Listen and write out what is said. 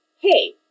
hey